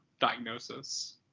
diagnosis